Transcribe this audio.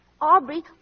Aubrey